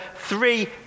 three